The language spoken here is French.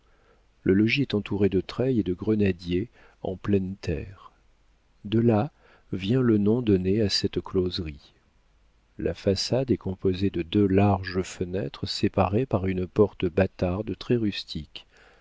le logis est entouré de treilles et de grenadiers en pleine terre de là vient le nom donné à cette closerie la façade est composée de deux larges fenêtres séparées par une porte bâtarde très rustique